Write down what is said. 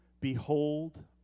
Behold